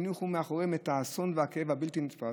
הניחו מאחוריהם את האסון והכאב הבלתי-נתפס